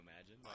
imagine